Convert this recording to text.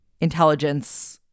intelligence